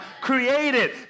created